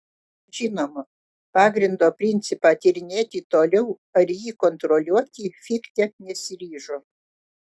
žinoma pagrindo principą tyrinėti toliau ar jį kontroliuoti fichte nesiryžo